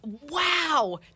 Wow